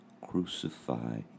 crucify